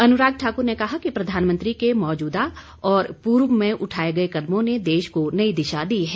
अनुराग ठाकुर ने कहा कि प्रधानमंत्री के मौजूदा और पूर्व में उठाए गए कदमों ने देश को नई दिशा दी है